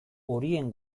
horien